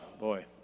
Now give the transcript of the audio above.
Boy